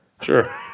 Sure